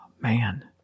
man